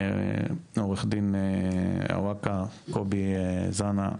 עו"ד אווקה קובי זנה,